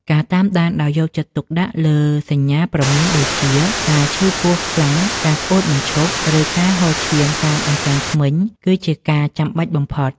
ការតាមដានដោយយកចិត្តទុកដាក់លើសញ្ញាព្រមានដូចជា ការឈឺពោះខ្លាំង ការក្អួតមិនឈប់ ឬការហូរឈាមតាមអញ្ចាញធ្មេញ គឺជាការចាំបាច់បំផុត។